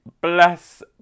bless